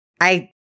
I-